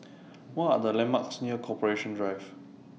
What Are The landmarks near Corporation Drive